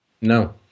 no